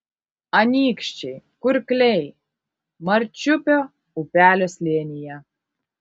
anykščiai kurkliai marčiupio upelio slėnyje